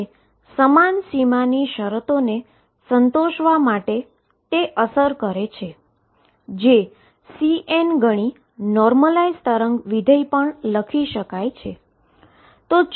અને સમાન બાઉંડ્રી કન્ડીશનને સંતોષવા માટે તે અસર કરે છે જે Cn ગણી નોર્મલાઈઝ વેવ ફંક્શન લખી શકાય છે